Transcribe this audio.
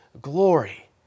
glory